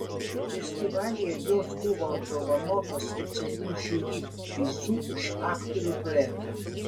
festivalyje jos buvo apdovanotos specialiu žiuri prizu už aktorių duetą